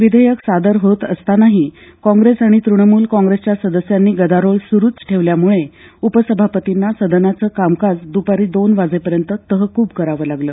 विधेयक सादर होत असतानाही काँग्रेस आणि तृणमूल काँग्रेसच्या सदस्यांनी गदारोळ सुरूच ठेवल्यामुळे उपसभापतींना सदनाचं कामकाज दुपारी दोन वाजेपर्यंत तहकूब करावं लागलं